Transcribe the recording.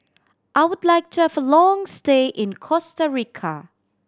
I would like to have a long stay in Costa Rica